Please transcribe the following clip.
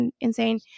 insane